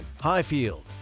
Highfield